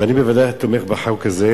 אני בוודאי תומך בחוק הזה.